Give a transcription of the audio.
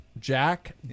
Jack